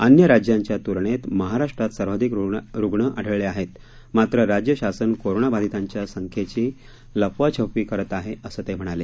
अन्य राज्यांच्या तुलनेत महाराष्ट्रात सर्वाधिक रुग्ण आढळले आहेत मात्र राज्य शासन कोरोना बाधितांच्या संख्येची लपवाछपवी करत आहे असं ते म्हणाले